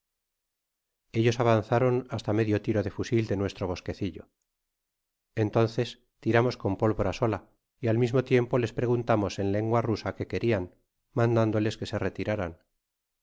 ellos avanzaron basta medij tiro de fusil de nuestro bosquecillo entonces tiramos con pólvora sola y al mismo tiempo les preguntamos en lengua rusa qué querian mandándoles que se retiraran